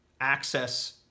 access